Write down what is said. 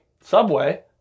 Subway